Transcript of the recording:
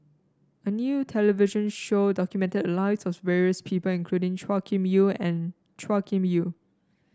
a new television show documented lives of various people including Chua Kim Yeow and Chua Kim Yeow